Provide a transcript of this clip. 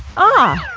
ah,